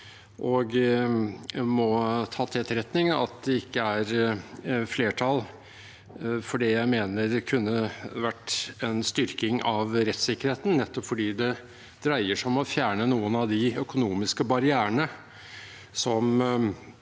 jeg må ta til etterretning at det ikke er flertall for det jeg mener kunne ha vært en styrking av rettssikkerheten, nettopp fordi det dreier seg om å fjerne noen av de økonomiske barrierene som